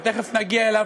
ותכף נגיע אליו,